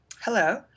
Hello